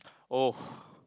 oh